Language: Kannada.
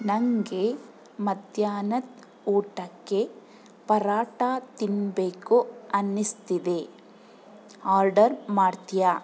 ನನಗೆ ಮಧ್ಯಾಹ್ನದ ಊಟಕ್ಕೆ ಪರೋಟ ತಿನ್ನಬೇಕು ಅನ್ನಿಸ್ತಿದೆ ಆರ್ಡರ್ ಮಾಡ್ತೀಯಾ